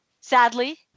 sadly